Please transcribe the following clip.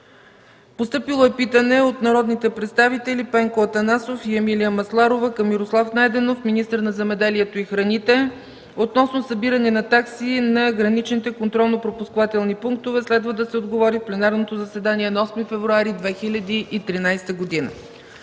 2013 г.; - питане от народните представители Пенко Атанасов и Емилия Масларова към Мирослав Найденов – министър на земеделието и храните, относно събиране на такси на граничните контролнопропускателни пунктове, следва да се отговори в пленарното заседание на 8 февруари 2013 г.